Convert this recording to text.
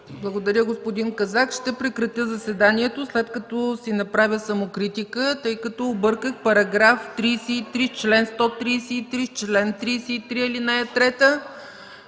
Благодаря, господин Казак. Ще прекратя заседанието след като си направя самокритика, тъй като обърках § 33, чл. 133, чл. 33, ал. 3.